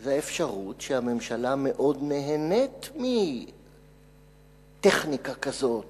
זה האפשרות שהממשלה מאוד נהנית מטכניקה כזאת